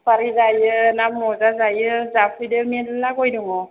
सुपारि जायो ना मजा जायो जाफैदो मेरला गय दङ